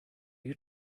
you